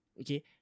okay